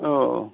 औ